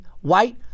white